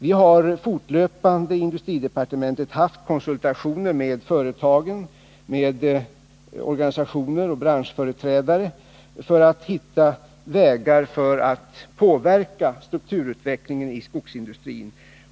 Vi har i industridepartementet fortlöpande haft konsultationer med företag, organisationer och branschföreträdare för att hitta vägar för att påverka strukturutvecklingen i skogsindustrin.